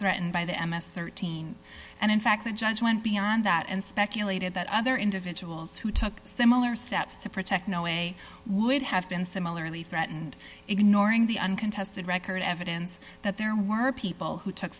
threatened by the m s thirteen and in fact the judge went beyond that and speculated that other individuals who took similar steps to protect no way would have been similarly threatened ignoring the uncontested record evidence that there were people who took